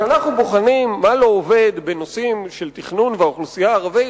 כשאנחנו בוחנים מה לא עובד בנושאים של תכנון והאוכלוסייה הערבית,